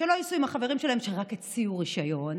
שלא ייסעו עם החברים שלהם שרק הוציאו רישיון,